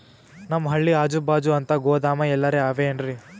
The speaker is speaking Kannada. ನಮ್ ಹಳ್ಳಿ ಅಜುಬಾಜು ಅಂತ ಗೋದಾಮ ಎಲ್ಲರೆ ಅವೇನ್ರಿ?